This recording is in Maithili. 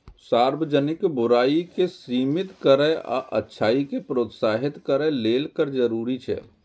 सार्वजनिक बुराइ कें सीमित करै आ अच्छाइ कें प्रोत्साहित करै लेल कर जरूरी छै